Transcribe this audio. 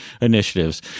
initiatives